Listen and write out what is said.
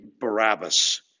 Barabbas